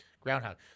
Groundhog